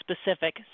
specific